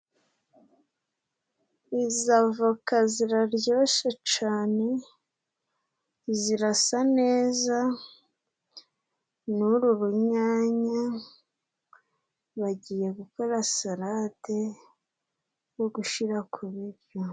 Izo avoka ziraryoshe cane, zirasa neza, n'uru runyanya, bagiye gukora sarade yo gushyira ku biryo.